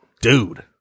Dude